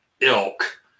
ilk